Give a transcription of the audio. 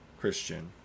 Christian